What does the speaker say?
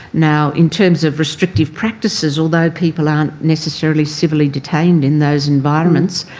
now, in terms of restrictive practices, although people aren't necessarily civilly detained in those environments,